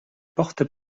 porte